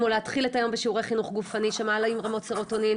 כמו להתחיל את היום בשיעורי חינוך גופני שמעלים רמות סרטונין,